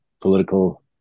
political